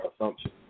assumption